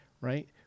right